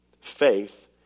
Faith